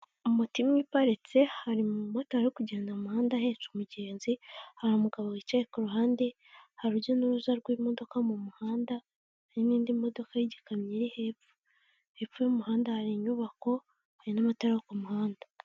Moto imwe iparitse, hari mu umumotari kugenda mu muhanda ahetse umugenzi, hari umugabo wicaye ku ruhande, hari urujya n'uruza rw'imodoka mu muhanda, hari n'indi modoka y'igikamyo iri hepfo, hepfo y'umuhanda hari inyubako, hari n'amatara yo ku muhanda.